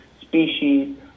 species